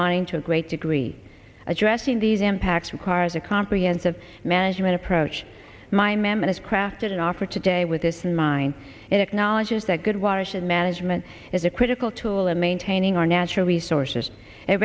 mining to a great degree addressing these impacts requires a comprehensive management approach my member has crafted an offer today with this in mind it acknowledges that good water should management is a critical tool in maintaining our natural resources it